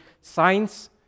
science